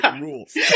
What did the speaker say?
rules